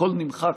הכול נמחק,